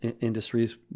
industries